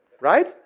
Right